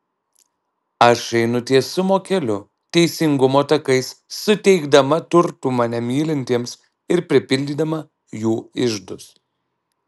aš einu teisumo keliu teisingumo takais suteikdama turtų mane mylintiems ir pripildydama jų iždus